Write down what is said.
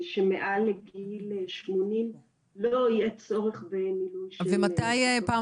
שמעל גיל שמונים לא יהיה צורך --- ומתי פעם